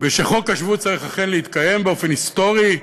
ושחוק השבות צריך אכן להתקיים באופן היסטורי,